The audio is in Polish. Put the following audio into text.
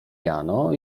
jano